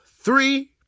three